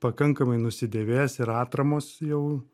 pakankamai nusidėvėjęs ir atramos jau